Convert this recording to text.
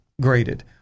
graded